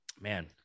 man